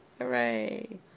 Hooray